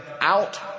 out